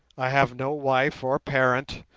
i have no wife or parent,